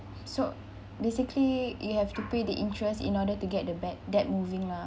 so basically you have to pay the interest in order to get the bad debt moving lah